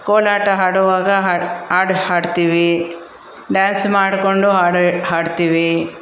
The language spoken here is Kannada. ಕೋಲಾಟ ಆಡುವಾಗ ಹಾ ಹಾಡ್ ಹಾಡ್ತೀವಿ ಡ್ಯಾನ್ಸ್ ಮಾಡಿಕೊಂಡು ಹಾಡ್ ಹಾಡ್ತೀವಿ